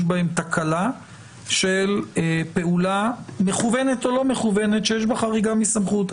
בהם תקלה של פעולה מכוונת או לא מכוונת שיש בה חריגה מסמכות.